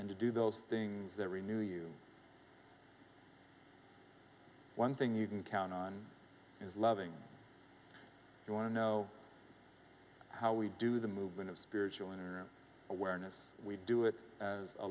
and to do those things that we knew you one thing you can count on is loving you want to know how we do the movement of spiritual in room awareness we do it a